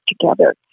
together